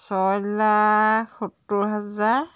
ছয় লাখ সত্তৰ হাজাৰ